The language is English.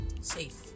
safe